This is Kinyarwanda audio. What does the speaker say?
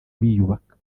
biyubaka